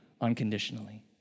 unconditionally